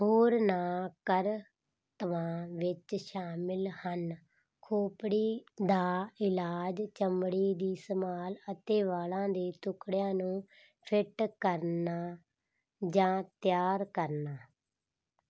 ਹੋਰਨਾਂ ਕਰਤਬਾਂ ਵਿੱਚ ਸ਼ਾਮਲ ਹਨ ਖੋਪੜੀ ਦਾ ਇਲਾਜ ਚਮੜੀ ਦੀ ਸੰਭਾਲ ਅਤੇ ਵਾਲ਼ਾਂ ਦੇ ਟੁਕੜਿਆਂ ਨੂੰ ਫਿੱਟ ਕਰਨਾ ਜਾਂ ਤਿਆਰ ਕਰਨਾ